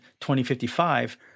2055